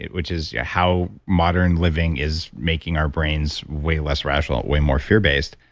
which is how modern living is making our brains way less rational, way more fear-based.